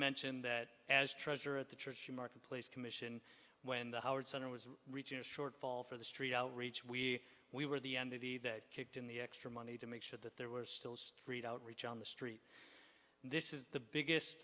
mention that as treasurer at the church the marketplace commission when the howard center was reaching a shortfall for the street outreach we we were the end of the that kicked in the extra money to make sure that there were still street outreach on the street this is the biggest